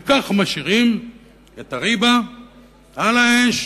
וכך משאירים את הריבה על האש